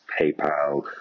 PayPal